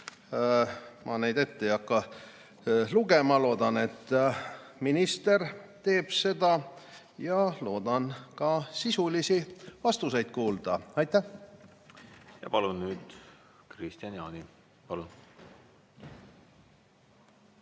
ma neid ette ei hakka lugema. Loodan, et minister teeb seda, ja loodan ka sisulisi vastuseid kuulda. Aitäh! Palun nüüd, Kristian Jaani!